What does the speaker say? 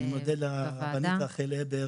אני מודה לרבנית רחל הבר